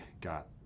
got